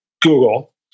Google